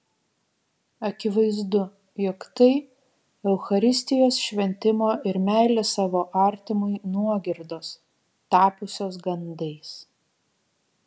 akivaizdu jog tai eucharistijos šventimo ir meilės savo artimui nuogirdos tapusios gandais